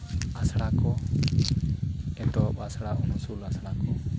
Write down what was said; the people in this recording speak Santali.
ᱟᱥᱲᱟᱠᱚ ᱮᱛᱚᱦᱚᱵ ᱟᱥᱲᱟ ᱩᱱᱩᱥᱩᱞ ᱟᱥᱲᱟᱠᱚ